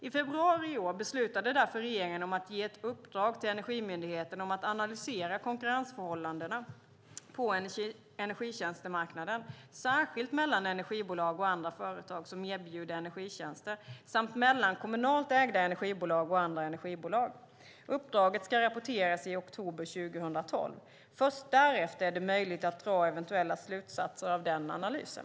I februari i år beslutade därför regeringen att ge ett uppdrag till Energimyndigheten att analysera konkurrensförhållandena på energitjänstemarknaden, särskilt mellan energibolag och andra företag som erbjuder energitjänster samt mellan kommunalt ägda energibolag och andra energibolag. Uppdraget ska rapporteras i oktober 2012. Först därefter är det möjligt att dra eventuella slutsatser av analysen.